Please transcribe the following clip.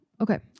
Okay